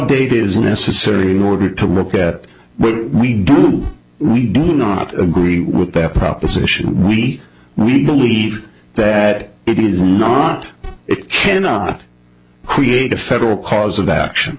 data is necessary in order to look at what we do we do not agree with that proposition we we believe that it is not it cannot create a federal cause of action